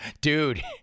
Dude